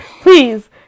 please